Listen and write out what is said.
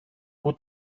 πού